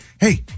hey